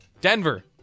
Denver